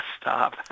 stop